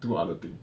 do other thing